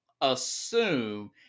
assume